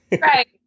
Right